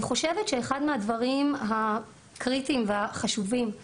אני חושבת שאחד מהדברים הקריטיים והחשובים הוא